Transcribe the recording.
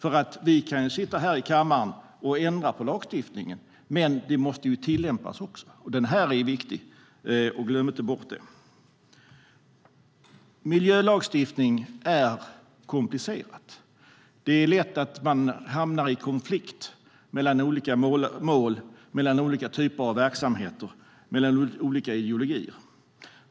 Vi kan nämligen sitta här i kammaren och ändra på lagstiftningen, men den måste tillämpas också. Den är viktig - glöm inte bort det! Miljölagstiftning är komplicerat. Det är lätt att man hamnar i konflikt mellan olika mål, mellan olika typer av verksamheter och mellan olika ideologier.